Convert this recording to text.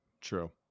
true